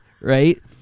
right